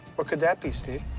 what could that be, steve?